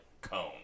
cone